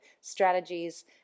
strategies